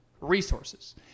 resources